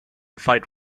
fight